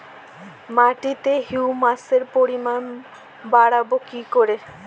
মাটিতে হিউমাসের পরিমাণ বারবো কি করে?